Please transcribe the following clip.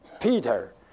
Peter